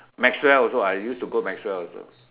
Maxwell also I used to go Maxwell also